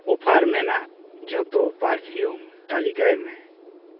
offer ᱢᱮᱱᱟᱜ ᱡᱷᱚᱛᱚ perfume ᱛᱟᱯᱤᱠᱟᱭ ᱢᱮ